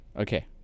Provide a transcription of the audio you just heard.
Okay